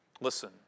Listen